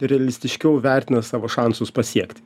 realistiškiau vertina savo šansus pasiekti